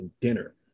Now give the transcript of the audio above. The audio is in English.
dinner